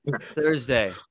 Thursday